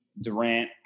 Durant